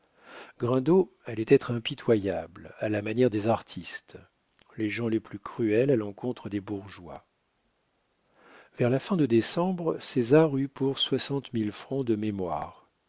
allait être impitoyable à la manière des artistes les gens les plus cruels à l'encontre des bourgeois vers la fin de décembre césar eut pour soixante mille francs de mémoires